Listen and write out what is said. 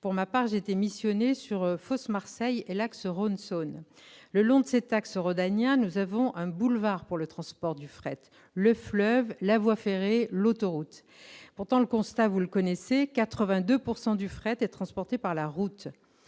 Pour ma part, j'étais missionnée sur Fos-Marseille et sur l'axe Rhône-Saône. Le long de cet axe rhodanien, nous avons un boulevard pour le transport du fret : le fleuve, la voie ferrée, l'autoroute. Pourtant, vous connaissez le constat, mes chers collègues : 82 % du fret est transporté par la route.